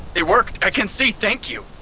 it worked! i can see! thank you!